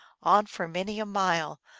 on for many a mile,